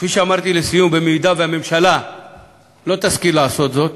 כפי שאמרתי, לסיום, אם הממשלה לא תשכיל לעשות זאת,